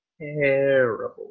terrible